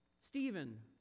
Stephen